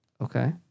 Okay